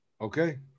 Okay